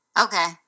Okay